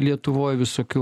lietuvoj visokių